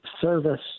service